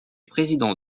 président